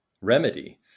remedy